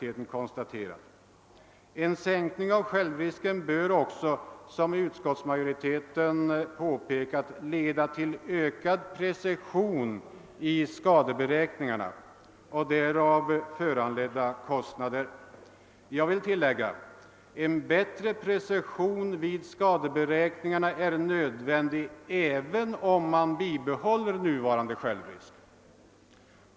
En sänkning av självrisken bör också, som utskottsmajoriteten påpekat, leda till ökad precision i skadeberäkningarna och därav föranledda kostnader. Jag vill tillägga: En bättre precision vid. skadeberäkningarna är nödvändig även om man bibehåller nuvarande självrisk.